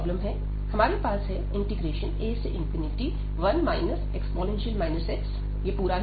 हमारे पास है a1 e x cos x x2dx